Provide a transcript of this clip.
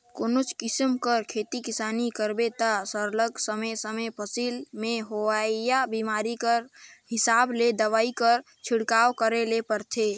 कोनोच किसिम कर खेती किसानी करबे ता सरलग समे समे फसिल में होवइया बेमारी कर हिसाब ले दवई कर छिड़काव करे ले परथे